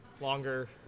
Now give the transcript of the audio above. longer